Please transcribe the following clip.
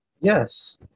Yes